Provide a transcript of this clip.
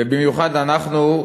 ובמיוחד אנחנו,